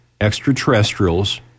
extraterrestrials